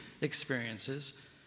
experiences